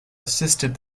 assisted